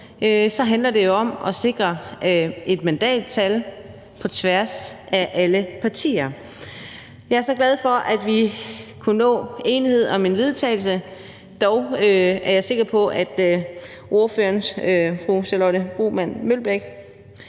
jo netop om at sikre et mandattal på tværs af alle partier. Jeg er glad for, at vi så kunne nå til enighed om et forslag til vedtagelse, dog er jeg sikker på, at ordføreren, fru Charlotte Broman Mølbæk,